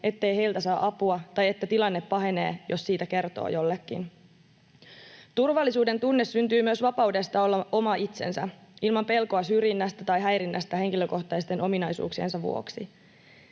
ettei heiltä saa apua tai että tilanne pahenee, jos siitä kertoo jollekin. Turvallisuudentunne syntyy myös vapaudesta olla oma itsensä ilman pelkoa syrjinnästä tai häirinnästä henkilökohtaisten ominaisuuksiensa vuoksi.